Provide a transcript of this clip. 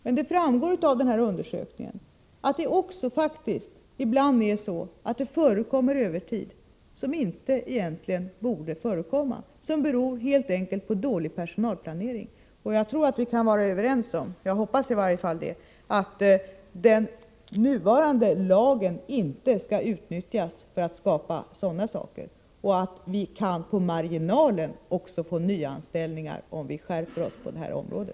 Men det framgår av undersökningen att det faktiskt också ibland förekommer övertid som egentligen inte borde förekomma, som helt enkelt beror på dålig personalplanering. Och jag hoppas att vi kan vara överens om att den nuvarande lagen inte skall utnyttjas för att skapa sådana förhållanden — och att vi på marginalen också kan få nyanställningar om vi skärper på detta område.